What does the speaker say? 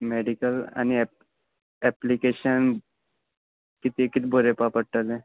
medical आनी app application कितें किद बरेवपा पडटलें